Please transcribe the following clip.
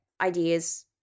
ideas